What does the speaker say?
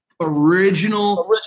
Original